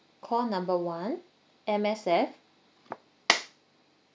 call number one M_S_F